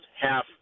half